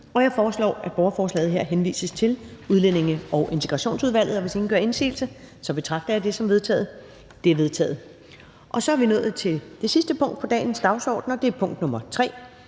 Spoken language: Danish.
Jeg foreslår, at borgerforslaget henvises til Udlændinge- og Integrationsudvalget. Og hvis ingen gør indsigelse, betragter jeg det som vedtaget. Det er vedtaget. --- Det sidste punkt på dagsordenen er: 3) 1.